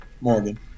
Morgan